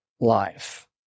life